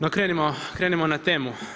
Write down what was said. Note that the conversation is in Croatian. No krenimo na temu.